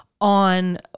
on